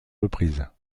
reprises